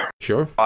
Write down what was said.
Sure